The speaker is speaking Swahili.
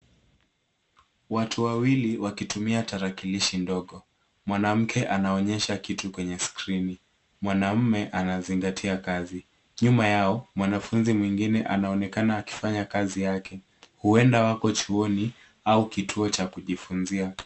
Watu wawili wakitumia tarakilishi ndogo. Mwanamke anaonyesha kitu kwenye skrini. Mwanaume anazingatia kazi. Nyuma yao mwanafunzi mwingine anaonekana akifanya kazi yake. Huenda wako chuoni au kituo cha kujifunzia.